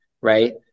right